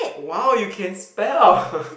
wow you can spell